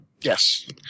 Yes